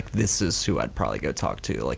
this is who i'd probably go talk to, like